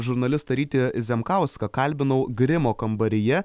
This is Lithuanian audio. žurnalistą rytį zemkauską kalbinau grimo kambaryje